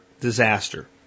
disaster